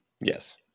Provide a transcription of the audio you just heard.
Yes